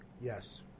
Yes